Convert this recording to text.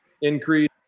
increase